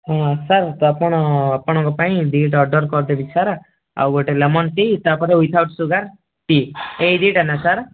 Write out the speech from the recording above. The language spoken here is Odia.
ହଁ ସାର୍ ତ ଆପଣ ଆପଣଙ୍କ ପାଇଁ ଦୁଇଟା ଅର୍ଡ଼ର୍ କରିଦେବି ସାର୍ ଆଉ ଗୋଟେ ଲେମନ୍ ଟୀ ତାପରେ ଉଇଦ୍ଆଉଟ୍ ସୁଗାର୍ ଟୀ ଏଇ ଦୁଇଟା ନା ସାର୍